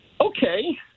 Okay